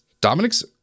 Dominic's